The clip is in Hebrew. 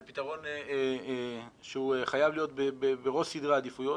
זה פתרון שהוא חייב להיות בראש סדרי העדיפויות,